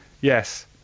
Yes